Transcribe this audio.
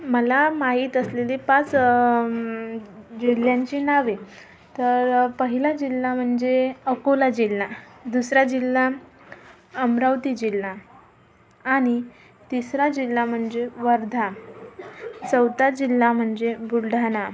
मला माहीत असलेले पाच जिल्ह्यांची नावे तर पहिला जिल्हा म्हणजे अकोला जिल्हा दुसरा जिल्हा अमरावती जिल्हा आणि तिसरा जिल्हा म्हणजे वर्धा चौथा जिल्हा म्हणजे बुलढाणा